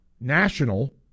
national